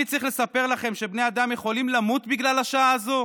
אני צריך לספר לכם שבני אדם יכולים למות בגלל השעה הזו?